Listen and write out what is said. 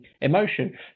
emotion